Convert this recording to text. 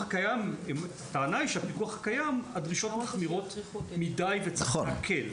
הטענה היא שבפיקוח הקיים הדרישות מחמירות וצריך להקל.